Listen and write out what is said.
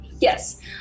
Yes